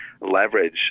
leverage